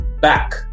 back